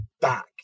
back